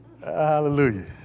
Hallelujah